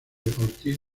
ortiz